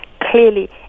clearly